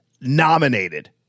nominated